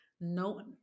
no